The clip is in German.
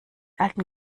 alten